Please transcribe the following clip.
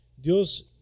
Dios